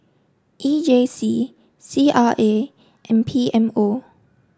E J C C R A and P M O